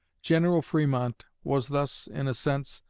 general fremont was thus, in a sense,